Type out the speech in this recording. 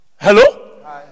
Hello